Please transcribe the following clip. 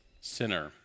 sinner